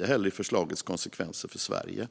eller i förslagets konsekvenser för Sverige.